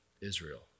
Israel